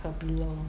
her pillow